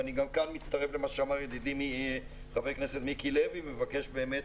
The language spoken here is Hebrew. ואני גם כאן מצטרף למה שאמר ידידי חבר הכנסת מיקי לוי מבקש באמת